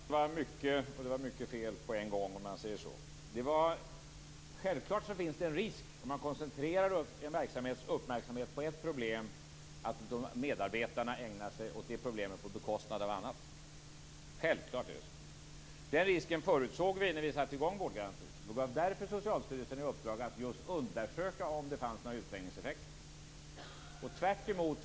Fru talman! Det var mycket och mycket fel på en gång. Självklart så finns det en risk om man koncentrerar en verksamhets uppmärksamhet på ett problem att medarbetarna ägnar sig åt det problemet på bekostnad av annat. Självklart är det så. Den risken förutsåg vi när vi införde vårdgarantin. Vi gav därför Socialstyrelsen i uppdrag att just undersöka om det fanns några utträngningseffekter.